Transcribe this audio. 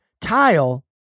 tile